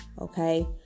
Okay